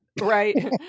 Right